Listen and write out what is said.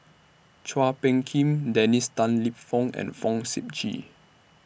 Chua Phung Kim Dennis Tan Lip Fong and Fong Sip Chee